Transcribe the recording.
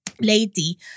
lady